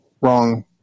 wrong